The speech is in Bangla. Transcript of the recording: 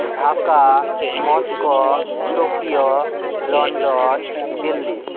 Dhaka Moscow Tokyo London Delhi